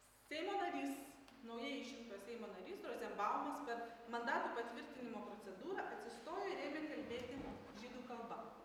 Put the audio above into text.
seimo narys naujai išrinkto seimo narys rozenbaumas per mandatų patvirtinimo procedūrą atsistojo ir ėmė kalbėti žydų kalba